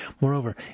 Moreover